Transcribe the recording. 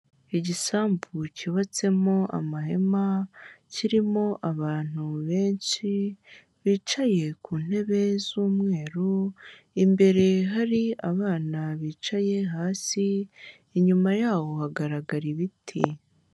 Igisambu cyubatsemo amahema, kirimo abantu benshi bicaye ku ntebe z'umweru, imbere hari abana bicaye hasi, inyuma yaho hagaragara ibiti.